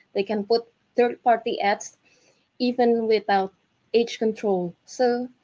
they can put third-party apps even without age control. so